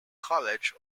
college